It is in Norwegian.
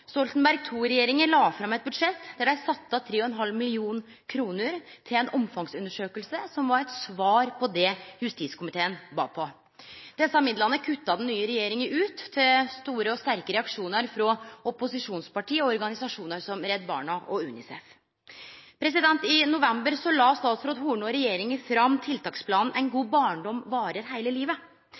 Stoltenberg II-regjeringa la fram eit budsjett der dei sette av 3,5 mill. kr til ei omfangsundersøking, som var eit svar på det justiskomiteen bad om. Desse midlane kutta den nye regjeringa ut, til store og sterke reaksjonar frå opposisjonsparti og organisasjonar som Redd Barna og UNICEF. I november la statsråd Horne og regjeringa fram tiltaksplanen «En god barndom varer livet